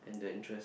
and the interest